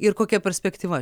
ir kokia perspektyva